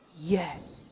yes